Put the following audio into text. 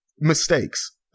mistakes